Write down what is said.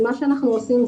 אז מה שאנחנו עושים,